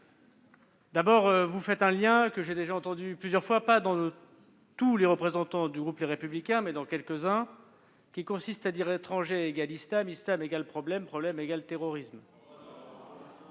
D'abord, vous faites un lien, que j'ai déjà entendu plusieurs fois, pas de la part de tous les représentants du groupe Les Républicains, mais de la part de quelques-uns, qui revient à dire : étranger égale islam, islam égale problème, problème égale terrorisme.